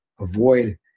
avoid